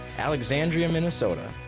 alexandria, minnesota.